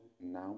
now